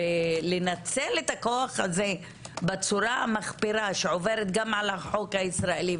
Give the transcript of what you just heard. ולנצל את הכוח הזה בצורה המחפירה שעוברת גם על החוק הישראלי,